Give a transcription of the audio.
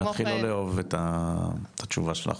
אני מתחיל לא לאהוב את התשובה שלך.